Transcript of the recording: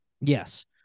Yes